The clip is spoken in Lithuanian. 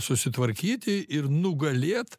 susitvarkyti ir nugalėt